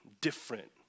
different